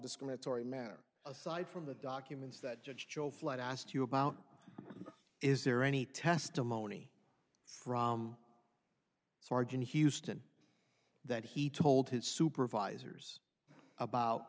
discriminatory manner aside from the documents that judge joe flight asked you about is there any testimony from sergeant houston that he told his supervisors about